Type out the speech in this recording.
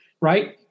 right